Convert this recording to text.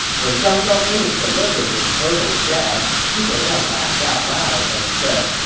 when zhang zhao finished delivering this verbal jab, zhuge liang laughed out loud and said,